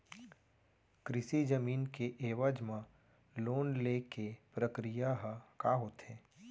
कृषि जमीन के एवज म लोन ले के प्रक्रिया ह का होथे?